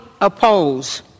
oppose